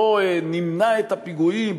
בוא נמנע את הפיגועים,